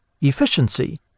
Efficiency